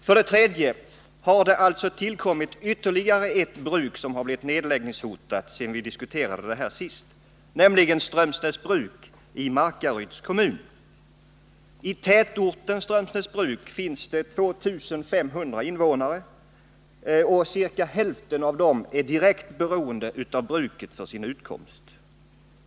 För det tredje har, sedan vi senast diskuterade frågan, ytterligare ett bruk blivit nedläggningshotat, nämligen Strömsnäsbruk i Markaryds kommun. Tätorten Strömsnäsbruk har 2 500 invånare. Ca hälften av dessa är för sin utkomst direkt beroende av bruket.